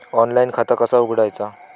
Online खाता कसा उघडायचा?